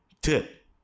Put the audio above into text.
tip